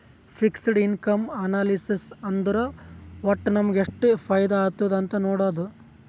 fixed income analysis ಅಂದುರ್ ವಟ್ಟ್ ನಮುಗ ಎಷ್ಟ ಫೈದಾ ಆತ್ತುದ್ ಅಂತ್ ನೊಡಾದು